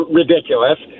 ridiculous